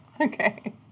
Okay